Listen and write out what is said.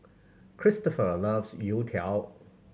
Kristoffer loves youtiao